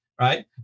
Right